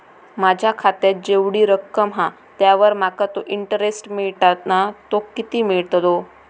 माझ्या खात्यात जेवढी रक्कम हा त्यावर माका तो इंटरेस्ट मिळता ना तो किती मिळतलो?